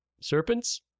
Serpents